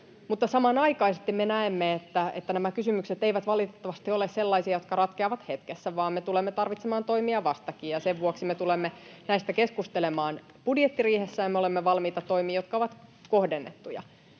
mutta samanaikaisesti me näemme, että nämä kysymykset eivät valitettavasti ole sellaisia, jotka ratkeavat hetkessä, vaan me tulemme tarvitsemaan toimia vastakin, [Leena Meri: Vuosikausia kestää!] ja sen vuoksi me tulemme näistä keskustelemaan budjettiriihessä, ja me olemme valmiita toimiin, jotka ovat kohdennettuja.